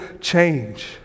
change